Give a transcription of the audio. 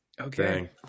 Okay